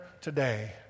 today